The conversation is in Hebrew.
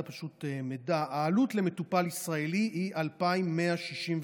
העלות למטופל ישראלי היא 2,165